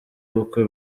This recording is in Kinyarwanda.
ubukwe